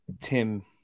Tim